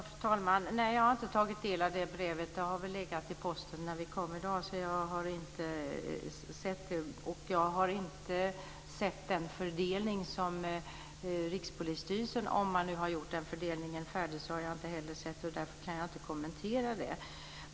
Fru talman! Nej, jag har inte tagit del av det här brevet. Det låg väl i posten när vi kom i dag. Jag har inte sett det, och jag har inte heller sett den fördelning som Rikspolisstyrelsen har gjort - om man nu har gjort den färdig. Därför kan jag inte kommentera det.